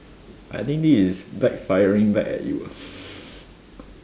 I think this is backfiring back at you